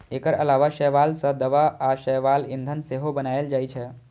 एकर अलावा शैवाल सं दवा आ शैवाल ईंधन सेहो बनाएल जाइ छै